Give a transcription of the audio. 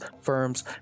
firms